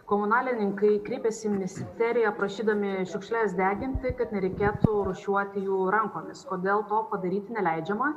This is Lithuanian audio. komunalininkai kreipėsi į ministeriją prašydami šiukšles deginti kad nereikėtų rūšiuoti jų rankomis kodėl to padaryti neleidžiama